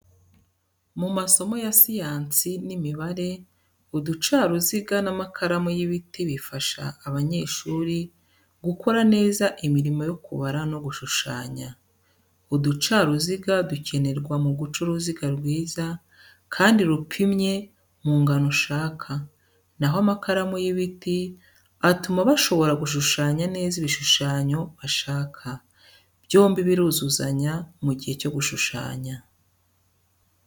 Mu masomo ya siyansi n’imibare, uducaruziga n’amakaramu y’ibiti bifasha abanyeshuri gukora neza imirimo yo kubara no gushushanya. Uducaruziga dukenerwa mu guca uruziga rwiza, kandi rupimye mu ngano ushaka, na ho amakaramu y’ibiti atuma bashobora gushushanya neza ibishushanyo bashaka. Byombi biruzuzanya mu gihe cyo gushushanya.